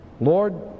Lord